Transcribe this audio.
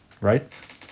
right